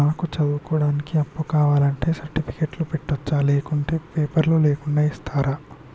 నాకు చదువుకోవడానికి అప్పు కావాలంటే సర్టిఫికెట్లు పెట్టొచ్చా లేకుంటే పేపర్లు లేకుండా ఇస్తరా?